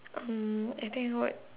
um I tell you what